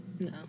No